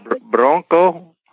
Bronco